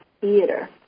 theater